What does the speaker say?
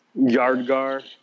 Yardgar